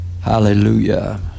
hallelujah